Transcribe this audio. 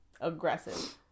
Aggressive